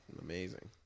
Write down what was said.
amazing